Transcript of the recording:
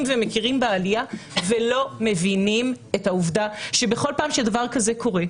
ומכירים בעלייה ולא מבינים את העובדה שבכל פעם שדבר כזה קורה,